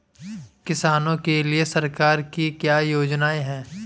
किसानों के लिए सरकार की क्या योजनाएं हैं?